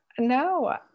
No